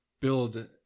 build